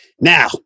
Now